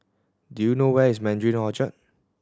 do you know where is Mandarin Orchard